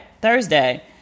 Thursday